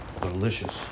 delicious